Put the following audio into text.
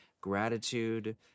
gratitude